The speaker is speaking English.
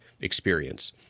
experience